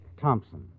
Thompson